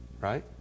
Right